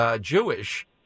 Jewish